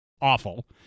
awful